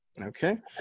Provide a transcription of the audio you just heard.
Okay